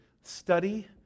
study